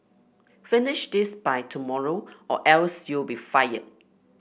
finish this by tomorrow or else you'll be fired